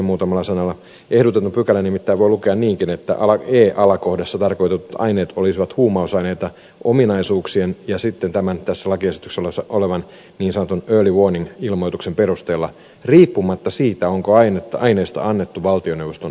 ehdotetun pykälän nimittäin voi lukea niinkin että e alakohdassa tarkoitetut aineet olisivat huumausaineita ominaisuuksien ja sitten tässä lakiesityksessä olevan niin sanotun early warning ilmoituksen perusteella riippumatta siitä onko aineesta annettu valtioneuvoston asetusta